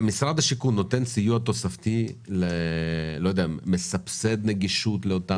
משרד השיכון נותן סיוע תוספתי או מסבסד נגישות לאותן משפחות?